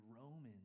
Romans